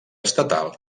estatal